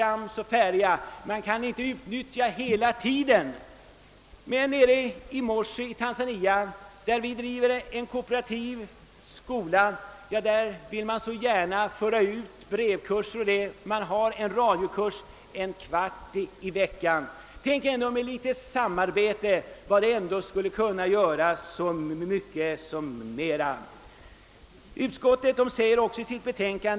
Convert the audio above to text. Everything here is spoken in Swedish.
Nere i Moshi i Tanzania ligger en kooperativ skola, där man bl.a. har kombinerad korrespondensundervisning per brev och radio men man har bara en sändningstid på en kvarts timme i veckan i Tanzanias radio. Tänk bara vad man där skulle kunna uträtta med litet samarbete mellan Radio Voice of Gospel och våra biståndsorgan.